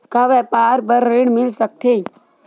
का व्यापार बर ऋण मिल सकथे?